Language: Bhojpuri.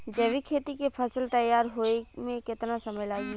जैविक खेती के फसल तैयार होए मे केतना समय लागी?